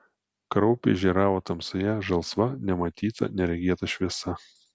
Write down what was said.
kraupiai žėravo tamsoje žalsva nematyta neregėta šviesa